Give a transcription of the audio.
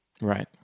Right